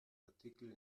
artikel